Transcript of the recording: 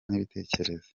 n’ibitekerezo